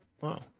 Wow